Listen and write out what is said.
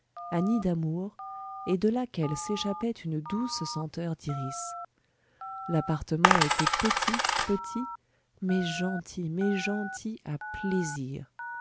nids d'amour et de laquelle s'échappait une douce senteur d'iris l'appartement était petit petit mais gentil mais gentil à plaisir